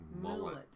mullet